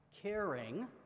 caring